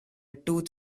tooth